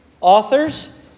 authors